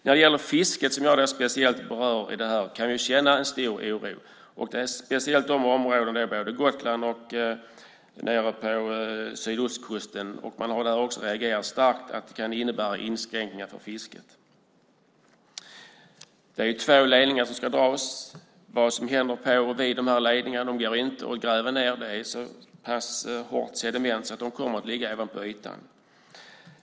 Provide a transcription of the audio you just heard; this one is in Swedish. När det gäller fisket, som jag speciellt berör i den här interpellationen, kan jag känna en stor oro speciellt när det gäller områdena kring Gotland och nere på sydostkusten. Man har där också reagerat starkt på att det kan innebära inskränkningar för fisket. Det är två ledningar som ska dras. Det går inte att gräva ned dem, för det är så pass hårt sediment. De kommer alltså att ligga på botten.